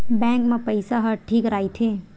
Bank मा पईसा ह ठीक राइथे?